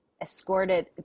escorted